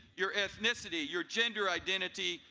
your ethnicity, your gender identity,